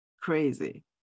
crazy